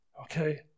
Okay